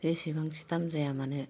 बेसेबांखि दाम जाया मानो